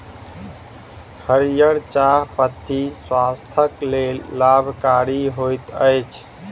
हरीयर चाह पत्ती स्वास्थ्यक लेल लाभकारी होइत अछि